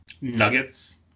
nuggets